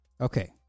Okay